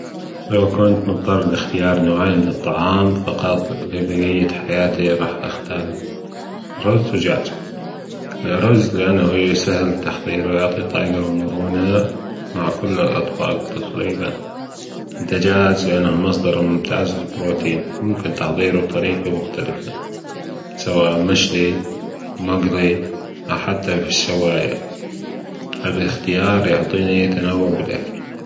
لو كنت مضطرًا لأكل نوعين من الطعام فقط لبقية حياتك رح اختار رز ودجاج الرز لانه ايه سهل التحضير ويعطى الطاقه والمرونه مع كل الاطباق تقريبا الدجاج لانه مصدر ممتاز للبروتين وممكن تحضيره بطريقه مختلفه سواء مشوى مجلى او حتى في الشوايه هذا الاختيار يعطينى تناوب بالاكل